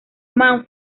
man